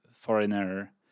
foreigner